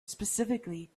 specifically